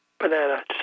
banana